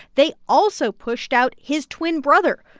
they also pushed out his twin brother.